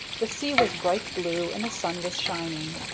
the sea was bright blue, and the sun was shining.